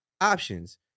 options